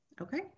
Okay